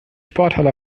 sporthalle